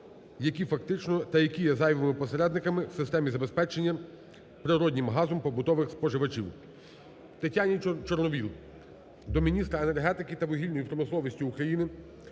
які фактично є зайвими посередниками в системі забезпечення природним газом побутових споживачів. Тетяни Чорновол до міністра енергетики та вугільної промисловості України